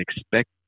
expect